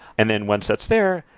and then once that's there,